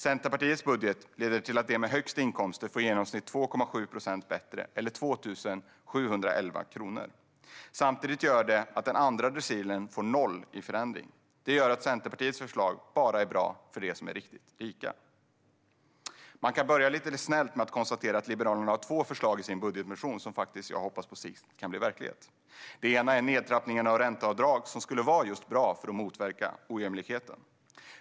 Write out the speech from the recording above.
Centerpartiets budget leder till att de som har högst inkomster får i genomsnitt 2,7 procent mer eller 2 711 kronor. Samtidigt innebär det att den andra decilen får noll förändring. Det innebär att Centerpartiets förslag är bra bara för de riktigt rika. Man kan börja lite snällt med att konstatera att Liberalerna har två förslag i sin budgetmotion som jag faktiskt hoppas på sikt kan bli verklighet. Det ena är en nedtrappning av ränteavdraget, vilket skulle vara bra just för att motverka ojämlikheten.